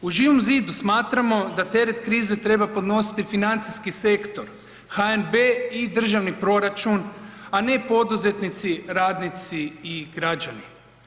U Živom zidu smatramo da teret krize treba podnositi financijski sektor, HNB i državni proračun, a ne poduzetnici, radnici i građani.